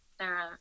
Sarah